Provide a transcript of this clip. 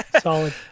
Solid